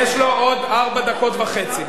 יש לו עוד ארבע דקות וחצי.